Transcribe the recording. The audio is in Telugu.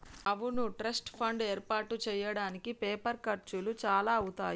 అవును ట్రస్ట్ ఫండ్ ఏర్పాటు చేయడానికి పేపర్ ఖర్చులు చాలా అవుతాయి